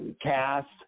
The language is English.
cast